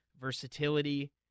versatility